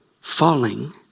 Falling